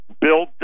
Bill